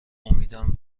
امیدم